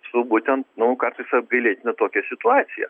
su būtent nu kartais apgailėtina tokia situacija